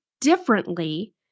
differently